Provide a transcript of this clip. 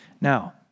Now